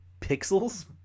Pixels